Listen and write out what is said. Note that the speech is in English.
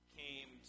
came